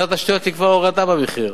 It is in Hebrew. משרד התשתיות יקבע הורדה במחיר.